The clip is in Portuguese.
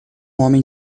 homem